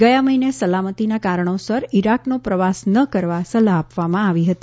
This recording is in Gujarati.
ગયા મહિને સલામતિના કારણોસર ઇરાકનો પ્રવાસ ન કરવા સલાહ આપવામાં આવી હતી